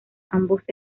ambos